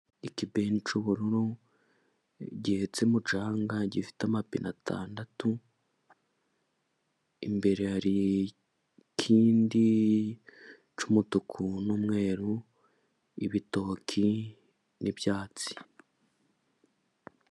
Ikibeni cy'ubururu gihetse umucanga gifite amapine atandatu. Imbere hari ikindi cy'umutuku n'umweru, ibitoki n'ibyatsi.